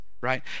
right